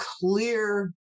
clear